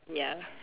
ya